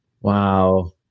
wow